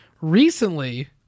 Recently